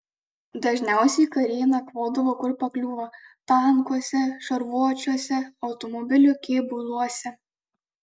dažniausiai kariai nakvodavo kur pakliūva tankuose šarvuočiuose automobilių kėbuluose